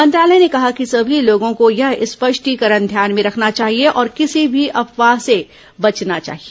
मंत्रालय ने कहा कि सभी लोगों को यह स्पष्टीकरण ध्यान में रखना चाहिए और किसी भी अफवाह से बचना चाहिए